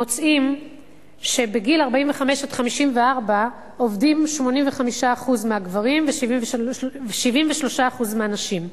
מוצאים שבגילים 45 54 עובדים 85% מהגברים ו-73% מהנשים.